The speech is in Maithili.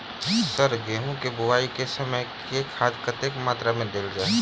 सर गेंहूँ केँ बोवाई केँ समय केँ खाद कतेक मात्रा मे देल जाएँ?